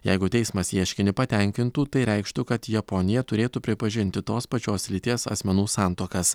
jeigu teismas ieškinį patenkintų tai reikštų kad japonija turėtų pripažinti tos pačios lyties asmenų santuokas